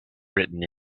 written